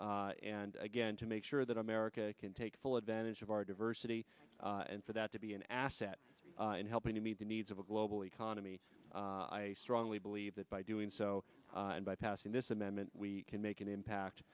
fields and again to make sure that america can take full advantage of our diversity and for that to be an asset in helping to meet the needs of a global economy i strongly believe that by doing so and by passing this amendment we can make an impact